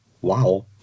Wow